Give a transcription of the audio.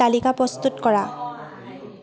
তালিকা প্ৰস্তুত কৰা